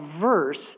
verse